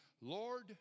Lord